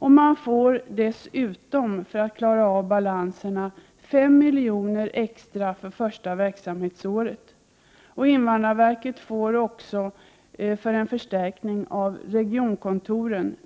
Man får dessutom, för att klara av balanserna, 5 miljoner extra för det första verksamhetsåret. Invandrarverket får också 5 miljoner under ett år för en förstärkning av regionkontoren.